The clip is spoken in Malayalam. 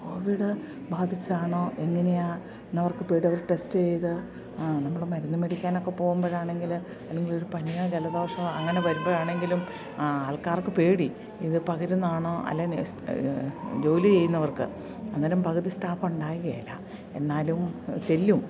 കോവിഡ് ബാധിച്ചാണോ എങ്ങനെയാണ് എന്നവർക്ക് പേടിയവർ ടെസ്റ്റ് ചെയ്ത് നമ്മൾ മരുന്നു മേടിക്കാനൊക്കെ പോകുമ്പോഴാണെങ്കിൽ അല്ലെങ്കിലൊരു പനിയോ ജലദോഷമോ അങ്ങനെ വരുമ്പോഴാണെങ്കിലും ആൾക്കാർക്ക് പേടി ഇത് പകരുന്നതാണോ അല്ലെങ്കിൽ ജോലി ചെയ്യുന്നവർക്ക് അന്നേരം പകുതി സ്റ്റാഫ് ഉണ്ടാവുകയില്ല എന്നാലും ചെല്ലും